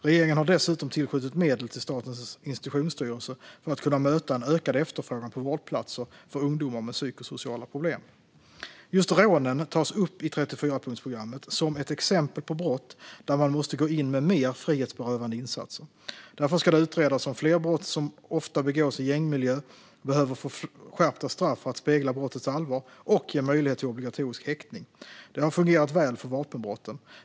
Regeringen har dessutom tillskjutit medel till Statens institutionsstyrelse för att kunna möta en ökad efterfrågan på vårdplatser för ungdomar med psykosociala problem. Just rånen tas upp i 34-punktprogrammet som ett exempel på brott där man måste gå in med mer frihetsberövande insatser. Därför ska det utredas om fler brott som ofta begås i gängmiljö behöver få skärpta straff för att spegla brottets allvar och ge möjlighet till obligatorisk häktning. Det har fungerat väl för vapenbrotten.